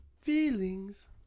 feelings